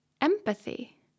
empathy